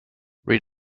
read